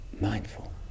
mindful